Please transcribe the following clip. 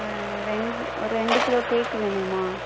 ரெண்டு ஒரு ரெண்டு கிலோ கேக் வேணும்மா